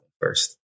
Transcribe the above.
first